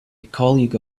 colleague